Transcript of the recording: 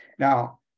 Now